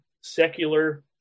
secular